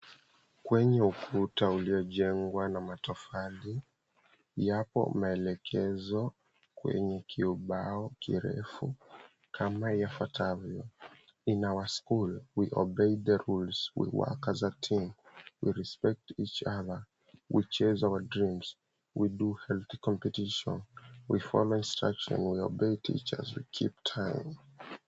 Kwenye ufuta uliojengwa na matofali yapo maelekezo kwenye kiubao kirefu kama ifuatavyo, In our school we obey the rules. We work as a team. We respect each other. We chase our dreams. We do healthy competitions. We follow instructions. We obey teachers. We keep time.